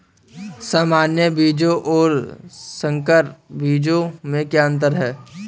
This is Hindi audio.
सामान्य बीजों और संकर बीजों में क्या अंतर है?